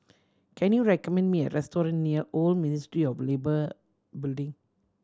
can you recommend me a restaurant near Old Ministry of Labour Building